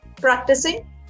practicing